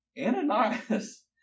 Ananias